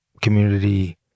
community